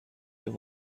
این